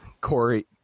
Corey